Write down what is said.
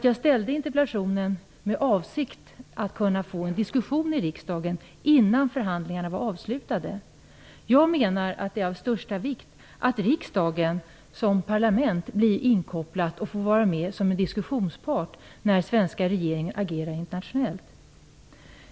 Jag ställde interpellationen med avsikt att få en diskussion i riksdagen innan förhandlingarna var avslutade. Jag menar att det är av största vikt att riksdagen som parlament kopplas in och får vara med som en diskussionspart när den svenska regeringen agerar internationellt.